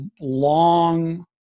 long